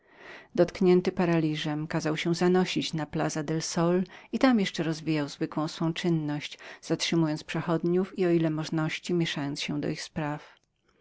dotknięty paraliżem kazał się zanosić na plac del sol i tam jeszcze rozwijał rzadką czynność zatrzymując przechodzących i o ile możności mieszając się do ich spraw